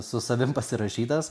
su savim pasirašytas